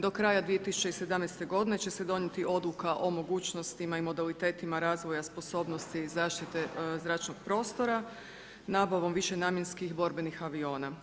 Do kraja 2017. godine će se donijeti odluka o mogućnostima i modalitetima razvoja sposobnosti i zaštite zračnog prostora nabavom višenamjenskih borbenih aviona.